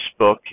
Facebook